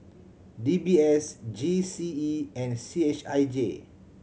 D B S G C E and C H I J